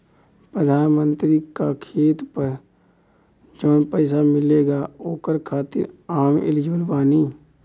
प्रधानमंत्री का खेत पर जवन पैसा मिलेगा ओकरा खातिन आम एलिजिबल बानी?